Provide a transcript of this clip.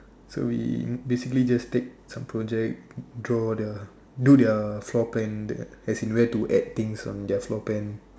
so we basically just take some projects draw their do their floor plan as in where to add things on their floor plan